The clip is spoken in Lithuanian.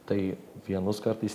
tai vienus kartais